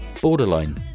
Borderline